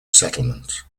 settlement